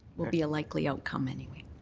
would be a likely outcome anyway.